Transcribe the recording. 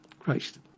Christ